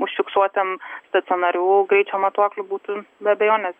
užfiksuotam stacionarių greičio matuoklių būtų be abejonės